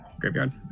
Graveyard